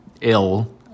ill